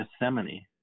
Gethsemane